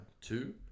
two